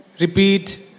Repeat